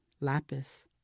lapis